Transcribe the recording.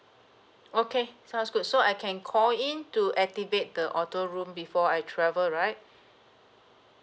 okay sounds good so I can call in to activate the auto roam before I travel right